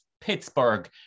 Pittsburgh